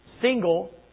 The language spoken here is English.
single